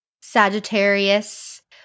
Sagittarius